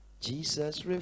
Jesus